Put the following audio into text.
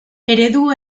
eredu